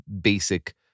basic